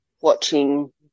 watching